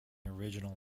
original